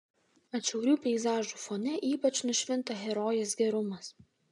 atšiaurių peizažų fone ypač nušvinta herojės gerumas